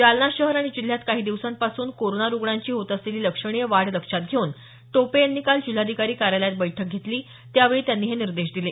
जालना शहर आणि जिल्ह्यात काही दिवसांपासून कोरोना रुग्णांची होत असलेली लक्षणीय वाढ लक्षात घेऊन टोपे यांनी काल जिल्हाधिकारी कार्यालयात बैठक घेतली त्यावेळी त्यांनी हे निर्देश दिले